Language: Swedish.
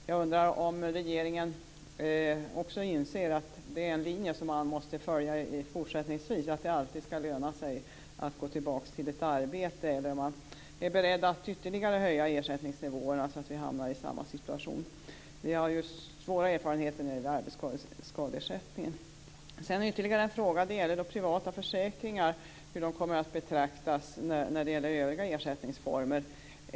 Jag undrar om regeringen inser att detta är en linje som skall följas fortsättningsvis, dvs. det skall alltid löna sig att gå tillbaks till ett arbete, eller är regeringen beredd att ytterligare höja ersättningsnivåerna så att det blir samma situation igen? Vi har ju svåra erfarenheter i fråga om arbetsskadeersättningen. Jag har ytterligare en fråga, och den gäller hur privata försäkringar kommer att betraktas i fråga om övriga ersättningsformer.